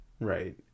right